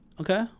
Okay